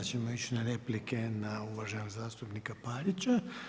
Sada ćemo ići na replike na uvaženog zastupnika Parića.